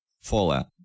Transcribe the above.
Fallout